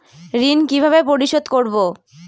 ঋণ কিভাবে পরিশোধ করব?